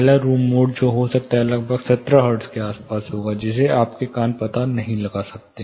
पहला room mode जो हो सकता है लगभग 17 हर्ट्ज के आसपास होगा जिसे आपके कान पता नहीं लगा सकते